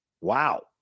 Wow